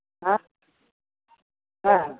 হ্যাঁ হ্যাঁ